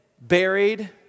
buried